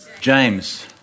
James